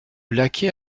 laquais